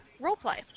roleplay